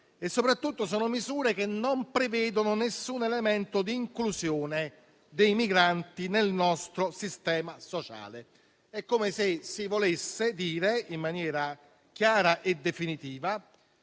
Soprattutto, sono misure che non prevedono nessun elemento di inclusione dei migranti nel nostro sistema sociale: è come se si volesse dire, in maniera chiara e definitiva,